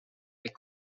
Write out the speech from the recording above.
les